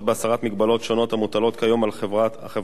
מגבלות שונות המוטלות כיום על החברה הבת,